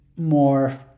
More